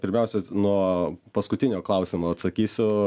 pirmiausia nuo paskutinio klausimo atsakysiu